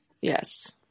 Yes